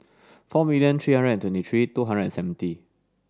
four million three hundred and twenty three two hundred and seventy